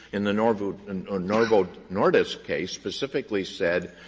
in the novo and ah novo nordisk case, specifically said,